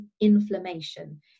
inflammation